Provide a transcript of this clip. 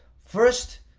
first,